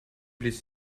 blies